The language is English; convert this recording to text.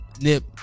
Nip